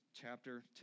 chapter